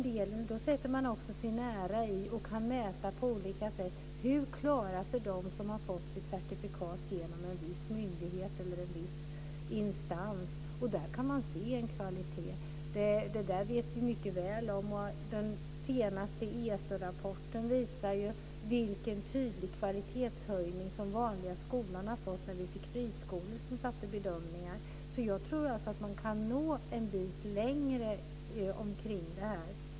Då kan man också på olika sätt mäta hur de klarar sig som har fått sitt certifikat genom en viss myndighet eller en viss instans. Detta känner vi mycket väl till. Den senaste ESO-rapporten visar ju vilken tydlig kvalitetshöjning som den vanliga skolan har fått sedan friskolorna började ge omdömen. Jag tror alltså att man kan nå en bit längre här.